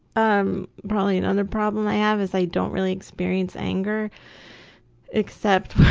um probably another problem i have is i don't really experience anger except